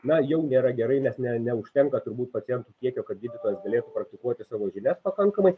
na jau nėra gerai nes ne neužtenka turbūt pacientų kiekio kad gydytojas galėtų praktikuoti savo žinias pakankamai